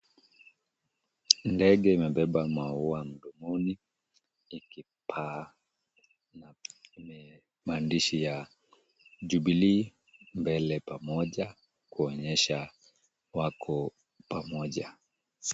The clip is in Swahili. Ndege imebeba maua mdomoni ikipaa na maandishi ya Jubilee mbele pamoja kuonyesha wako pamoja.